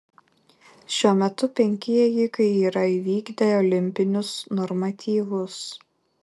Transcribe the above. šiuo metu penki ėjikai yra įvykdę olimpinius normatyvus